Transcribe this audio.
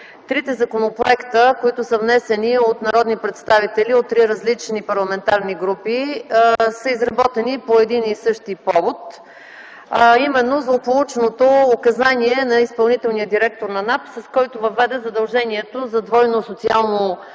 трите законопроекта, които са внесени от народни представители от три различни парламентарни групи, са изработени по един и същи повод – злополучното указание на изпълнителния директор на НАП, с което въведе задължението за двойно социално осигуряване